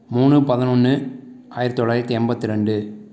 மூணு பதனொன்று ஆயிரத்தி தொள்ளாயிரத்தி எண்பத்தி ரெண்டு